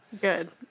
Good